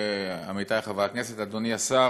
עמיתי חברי הכנסת, אדוני השר,